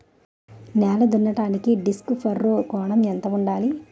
నేల దున్నడానికి disc furrow కోణం ఎంత ఉండాలి?